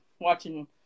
watching